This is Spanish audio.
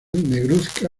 negruzca